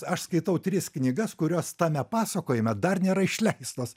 aš skaitau tris knygas kurios tame pasakojime dar nėra išleistos